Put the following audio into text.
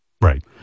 Right